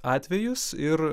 atvejus ir